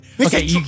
Okay